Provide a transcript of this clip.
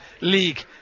League